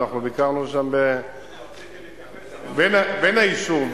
בן היישוב,